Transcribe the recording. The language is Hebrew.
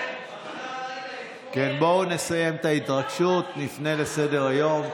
בואו נסיים את ההתרגשות, נפנה לסדר-היום.